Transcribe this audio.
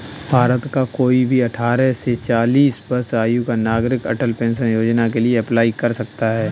भारत का कोई भी अठारह से चालीस वर्ष आयु का नागरिक अटल पेंशन योजना के लिए अप्लाई कर सकता है